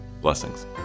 Blessings